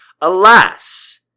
alas